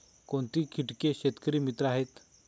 कोणती किटके शेतकरी मित्र आहेत?